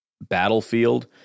battlefield